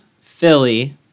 Philly